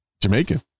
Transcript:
Jamaican